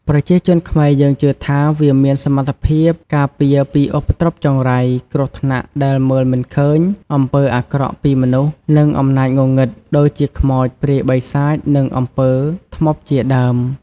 ប្រជាជនខ្មែរយើងជឿថា វាមានសមត្ថភាពការពារពី ឧបទ្រពចង្រៃ គ្រោះថ្នាក់ដែលមើលមិនឃើញ អំពើអាក្រក់ពីមនុស្ស និងអំណាចងងឹត ដូចជាខ្មោច ព្រាយ បិសាច និងអំពើធ្មប់ជាដើម។